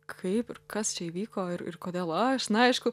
kaip ir kas čia įvyko ir ir kodėl aš na aišku